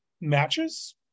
matches